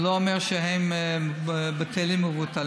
זה לא אומר שהם בטלים ומבוטלים,